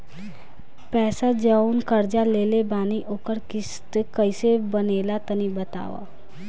पैसा जऊन कर्जा लेले बानी ओकर किश्त कइसे बनेला तनी बताव?